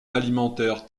alimentaire